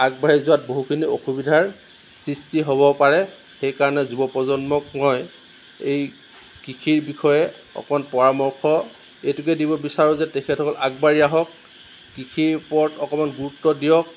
আগবাঢ়ি যোৱাত বহুখিনি অসুবিধাৰ সৃষ্টি হ'ব পাৰে সেইকাৰণে যুৱপ্ৰজন্মক মই এই কৃষিৰ বিষয়ে অকণমান পৰামৰ্শ এইটোকে দিব বিচাৰোঁ যে তেখেতসকল আগবাঢ়ি আহক কৃষিৰ ওপৰত অকণমান গুৰুত্ব দিয়ক